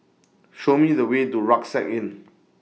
Show Me The Way to Rucksack Inn